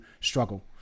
struggle